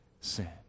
sin